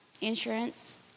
insurance